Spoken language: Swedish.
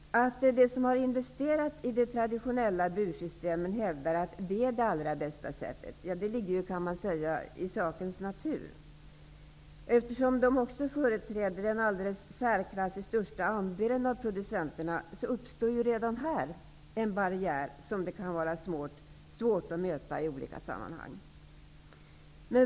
Att de som har investerat i de traditionella bursystemen hävdar dessa systemen som de allra bästa ligger ju i saken natur, kan man säga. Eftersom de också företräder den i särklass största andelen producenter, uppstår det ju redan här en barriär som kan vara svår att forcera.